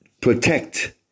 protect